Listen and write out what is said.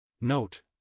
Note